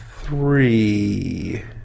three